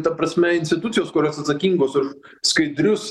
ta prasme institucijos kurios atsakingos už skaidrius